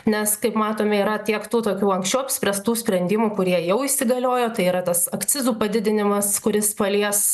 nes kaip matome yra tiek tų tokių anksčiau apspręstų sprendimų kurie jau įsigaliojo tai yra tas akcizų padidinimas kuris palies